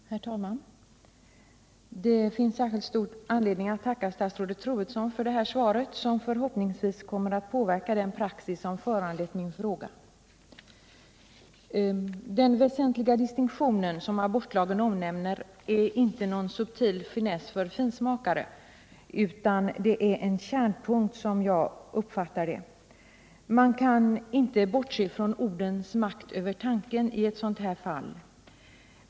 Herr talman! Det finns särskilt stor anledning att tacka statsrådet Troedsson för det här svaret, som förhoppningsvis kommer att påverka den praxis som föranlett min fråga. Den väsentliga distinktion som abortlagen omnämner är inte någon subtil finess för finsmakare utan en kärnpunkt, som jag uppfattar det. Man kan inte bortse från ordens makt över tanken i ett sådant här fall.